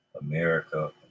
America